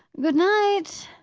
good night!